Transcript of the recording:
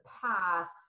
past